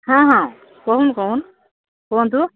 ହଁ ହଁ କୁହନ୍ତୁ କୁହନ୍ତୁ କୁହନ୍ତୁ